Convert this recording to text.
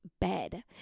bed